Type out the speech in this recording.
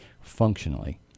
functionally